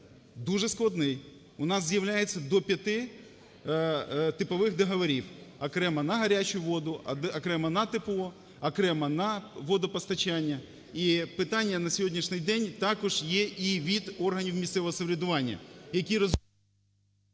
дуже складний, у нас з'являється до п'яти типових договорів: окремо на гарячу воду, окремо на тепло, окремо на водопостачання. І питання на сьогоднішній день також є і від органів місцевого самоврядування,